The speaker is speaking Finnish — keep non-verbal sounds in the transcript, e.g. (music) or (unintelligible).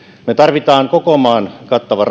me tarvitsemme koko maan kattavan (unintelligible)